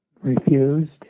refused